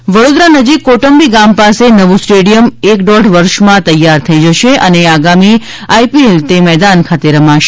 Baroda cricket Vadodara નજીક કોટંબી ગામ પાસે નવું સ્ટેડિયમ એક દોઢ વર્ષમાં તૈયાર થઈ જશે અને આગામી આઈપીએલ તે મેદાન ખાતે રમાશે